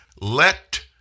let